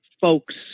folks